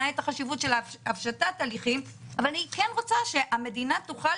את החשיבות של הפשטת הליכים אבל אני כן רוצה שהמדינה תוכל